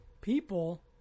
people